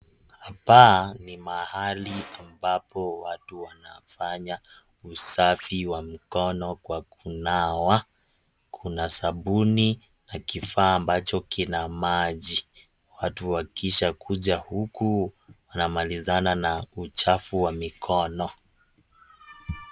Hapa ni pahali ambapo watu wanafanya usafi wa mikono kwa kunawa, kuna sabuni na kifaa ambacho kina maji. Watu wakisha kuja huku wanamalizana na uchafu wa mikono.